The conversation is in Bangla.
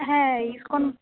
হ্যাঁ ইসকন